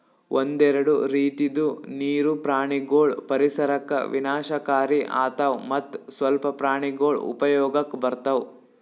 ಒಂದೆರಡು ರೀತಿದು ನೀರು ಪ್ರಾಣಿಗೊಳ್ ಪರಿಸರಕ್ ವಿನಾಶಕಾರಿ ಆತವ್ ಮತ್ತ್ ಸ್ವಲ್ಪ ಪ್ರಾಣಿಗೊಳ್ ಉಪಯೋಗಕ್ ಬರ್ತವ್